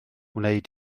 wneud